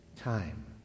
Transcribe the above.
time